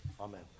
Amen